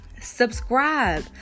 Subscribe